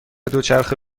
دوچرخه